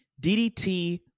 DDT